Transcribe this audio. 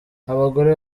abagore